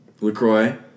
LaCroix